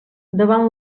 davant